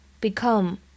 become